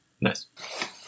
Nice